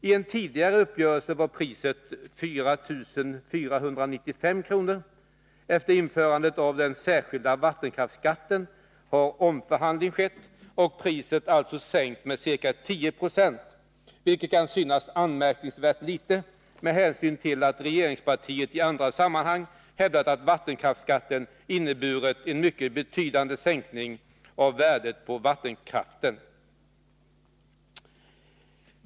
I en tidigare uppgörelse var priset 4495 kr. Efter införandet av den särskilda vattenkraftsskatten har omförhandling skett och priset alltså sänkts med ca 10 2, vilket kan synas anmärkningsvärt litet med hänsyn till att regeringspartiet i andra sammanhang har hävdat att vattenkraftsskatten har inneburit en mycket betydande sänkning av värdet på vattenkraft.